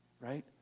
right